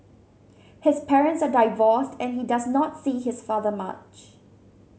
his parents are divorced and he does not see his father much